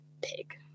pig